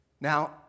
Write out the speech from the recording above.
Now